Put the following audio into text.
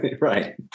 Right